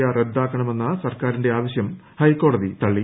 R മറ്ദാക്കണമെന്ന സർക്കാരിന്റെ ആവശ്യം ഹൈക്കോടതി തള്ളി